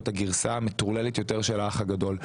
הגרסה המטורללת יותר של האח הגדול.